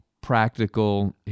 practical